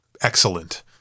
Excellent